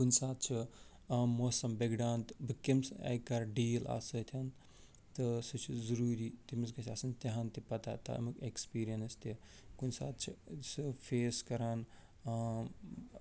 کُنہِ ساتہٕ چھُ آ موسم بِگڑان تہٕ بہٕ کٔمِس آے کرٕ ڈیٖل اَتھ ستۭٮ۪ن تہٕ سُہ چھُ ضروٗری تٔمِس گَژھِ آسٕنۍ تہِ ہن تہِ پتاہ تَمیُک ایکٕسپیٖرینٕس تہِ کُنہِ ساتہٕ چھِ سُہ فیس کَران